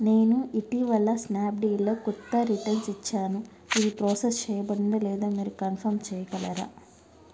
నేను ఇటీవల స్నాప్డీల్లో కుత్తా రిటర్న్స్ ఇచ్చాను ఇది ప్రాసెస్ చేయబడిందో లేదో మీరు కన్ఫం చేయగలరా